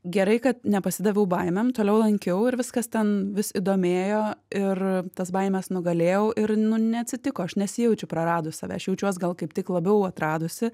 gerai kad nepasidaviau baimėm toliau lankiau ir viskas ten vis įdomėjo ir tas baimes nugalėjau ir nu neatsitiko aš nesijaučiu praradus save aš jaučiuos gal kaip tik labiau atradusi